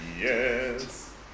Yes